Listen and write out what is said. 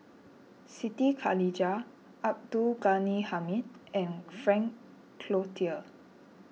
Siti Khalijah Abdul Ghani Hamid and Frank Cloutier